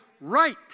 right